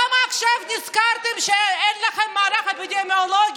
למה עכשיו נזכרתם שאין לכם מערך אפידמיולוגי?